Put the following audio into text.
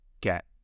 get